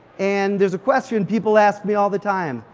and there's a question people ask me all the time.